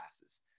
classes